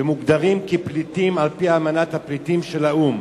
ומוגדרים פליטים על-פי אמנת האו"ם